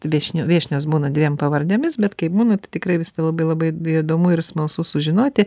vieš viešnios būna dviem pavardėmis bet kaip būna tai tikrai visada labai labai įdomu ir smalsu sužinoti